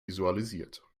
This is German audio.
visualisiert